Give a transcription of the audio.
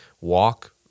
walk